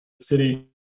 city